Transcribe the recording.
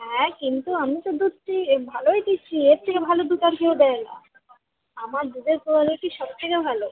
হ্যাঁ কিন্তু আমি তো দুধ দিই ভালোই দিচ্ছি এর থেকে ভালো দুধ আর কেউ দেয় না আমার দুধের কোয়ালিটি সব থেকে ভালো